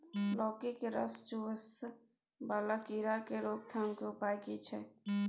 लौकी के रस चुसय वाला कीरा की रोकथाम के उपाय की छै?